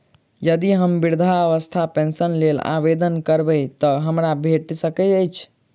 यदि हम वृद्धावस्था पेंशनक लेल आवेदन करबै तऽ हमरा भेट सकैत अछि?